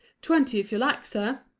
twenty, if you like, sir,